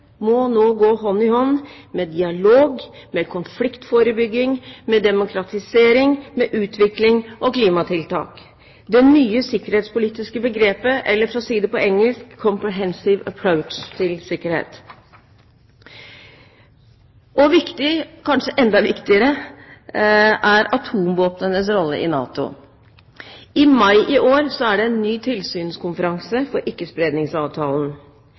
må nå gå hånd i hånd med dialog, med konfliktforebygging, med demokratisering, med utvikling og klimatiltak – det nye sikkerhetspolitiske begrepet, eller for å si det på engelsk, «comprehensive approach» til sikkerhet. Kanskje enda viktigere er atomvåpnenes rolle i NATO. I mai i år er det en ny tilsynskonferanse for